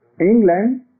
England